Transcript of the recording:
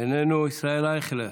איננו, ישראל אייכלר,